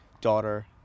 daughter